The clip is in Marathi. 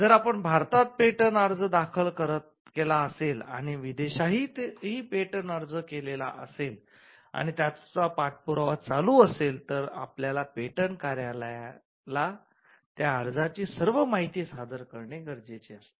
जर आपण भारतात अर्ज दाखल केला असेल आणि विदेशात ही पेटंट अर्ज केलेला असेल आणि त्याचा पाठपुरावा चालू असेल तर आपल्याला पेटंट कार्यालयाला त्या अर्जाची सर्व माहिती सादर करणे गरजेचे असते